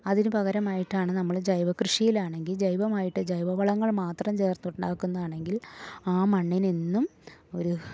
അതിന് പകരമായിട്ടാണ് നമ്മൾ ജൈവ കൃഷിയിലാണെങ്കിൽ ജൈവമായിട്ട് ജൈവ വളങ്ങൾ മാത്രം ചേർത്തുണ്ടാക്കുന്നതാണെങ്കിൽ ആ മണ്ണിനെന്നും ഒരു